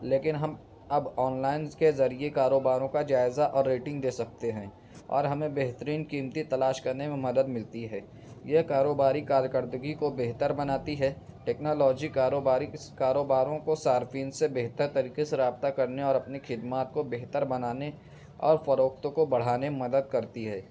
لیکن ہم اب آن لائنز کے ذریعے کاروباروں کا جائزہ اور ریٹنگ دے سکتے ہیں اور ہمیں بہترین قیمتی تلاش کرنے میں مدد ملتی ہے یہ کاروباری کارکردگی کو بہتر بناتی ہے ٹیکنالوجی کاروباری کاروباروں کو صارفین سے بہتر طریقے سے رابطہ کرنے اور اپنے خدمات کو بہتر بنانے اور فروخت کو بڑھانے میں مدد کرتی ہے